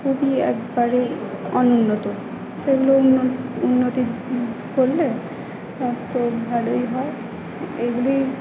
খুবই একবারে অনুন্নত সেগুলো উন্নতি করলে এক তো ভালোই হয় এগুলি